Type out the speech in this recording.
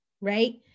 right